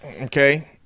okay